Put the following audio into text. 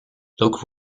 look